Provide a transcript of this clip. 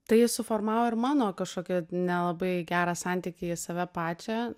tai suformavo ir mano kažkokį nelabai gerą santykį į save pačią